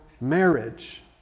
marriage